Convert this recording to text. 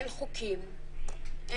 אין חוקים,